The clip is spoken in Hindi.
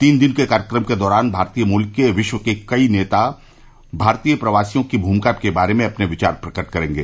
तीन दिन के कार्यक्रम के दौरान भारतीय मूल के विश्व के कई नेता भारतीय प्रवासियों की भूमिका के बारे में अपने विचार प्रकट करेंगे